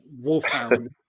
wolfhound